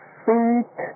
sweet